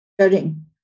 starting